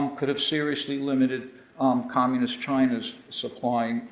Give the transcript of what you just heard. um could have seriously limited communist china's supplying,